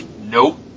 Nope